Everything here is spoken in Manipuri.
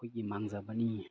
ꯑꯩꯈꯣꯏꯒꯤ ꯃꯥꯡꯖꯕꯅꯤ